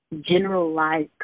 generalized